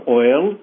oil